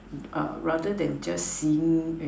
rather than just seeing you know